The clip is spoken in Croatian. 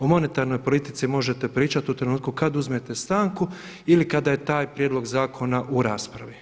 O monetarnoj politici možete pričati u trenutku kada uzmete stanku ili kada je taj prijedlog zakona u raspravi.